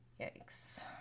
yikes